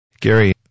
Gary